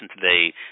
today